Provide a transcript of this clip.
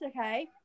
okay